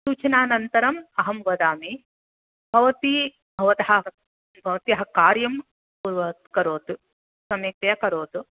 सूचनानन्तरं अहम् वदामि भवति भवतः भवत्याः कार्यं कुरु करोतु सम्यक्तया करोतु